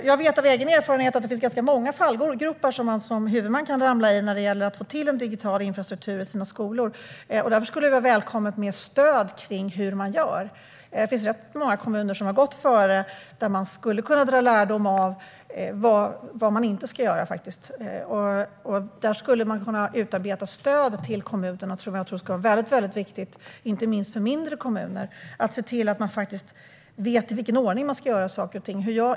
Jag vet av egen erfarenhet att det finns ganska många fallgropar som huvudmän kan ramla i när det gäller att få till en digital infrastruktur i skolorna. Därför skulle det vara välkommet med stöd angående hur man gör. Det finns rätt många kommuner som har gått före, som man skulle kunna dra lärdom av beträffande vad man inte ska göra. Man skulle kunna utarbeta ett stöd till kommunerna - jag tror att detta skulle vara väldigt viktigt, inte minst för mindre kommuner. Det vore bra att hjälpa dem genom att se till att de vet i vilken ordning de ska göra saker och ting.